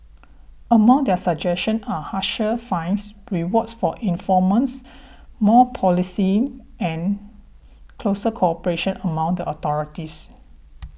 among their suggestions are harsher fines rewards for informants more policing and closer cooperation among the authorities